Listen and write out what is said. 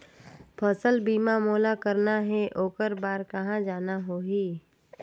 फसल बीमा मोला करना हे ओकर बार कहा जाना होही?